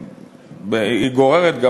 והיא גוררת גם,